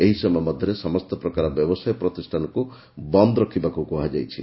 ଏହି ସମୟ ମଧ୍ଧରେ ସମସ୍ତ ପ୍ରକାର ବ୍ୟବସାୟ ପ୍ରତିଷ୍ଠାନକୁ ବନ୍ଦ ରଖିବାକୁ କୁହାଯାଇଛି